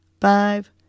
five